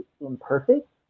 imperfect